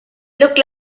look